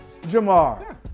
Jamar